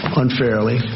unfairly